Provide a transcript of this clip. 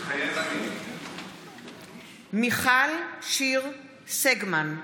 מתחייב אני מיכל שיר סגמן,